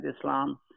Islam